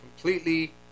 completely